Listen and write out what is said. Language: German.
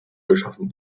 geschaffen